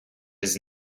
his